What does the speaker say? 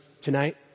tonight